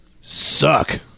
suck